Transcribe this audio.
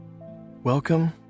welcome